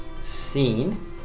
scene